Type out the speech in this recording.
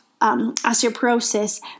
osteoporosis